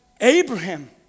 Abraham